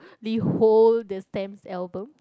behold the stamp album